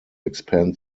expand